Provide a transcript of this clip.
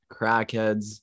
crackheads